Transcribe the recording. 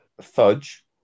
fudge